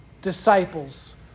disciples